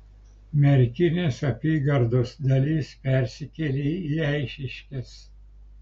merkinės apygardos dalis persikėlė į eišiškes